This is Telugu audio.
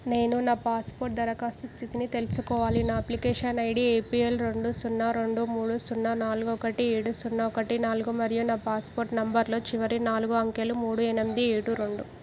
నేను నా పాస్పోర్ట్ దరఖాస్తు స్థితిని తెలుసుకోవాలి నా అప్లికేషన్ ఐడీ ఏపిఎల్ రెండు సున్నా రెండు మూడు సున్నా నాలుగు ఒకటి ఏడు సున్నా ఒకటి నాలుగు మరియు నా పాస్పోర్ట్ నంబర్లో చివరి నాలుగు అంకెలు మూడు ఎనిమిది ఏడు రెండు